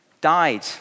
died